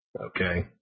okay